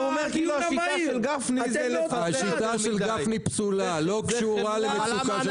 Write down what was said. השיטה של גפני פסולה ולא קשורה למצוקה.